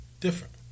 different